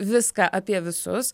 viską apie visus